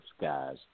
guys